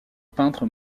peintre